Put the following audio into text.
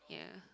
yeah